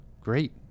great